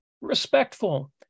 respectful